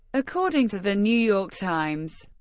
according to the new york times,